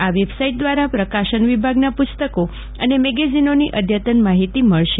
આ વેબસાઇટ દ્વારા પ્રકાશન વિભાગના પુસ્તકો અને મેગેઝીનોની અદ્યતન માહિતી મળશે